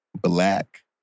black